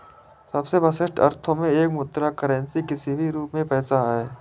सबसे विशिष्ट अर्थों में एक मुद्रा करेंसी किसी भी रूप में पैसा है